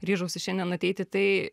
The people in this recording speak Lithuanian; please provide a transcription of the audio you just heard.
ryžausi šiandien ateiti tai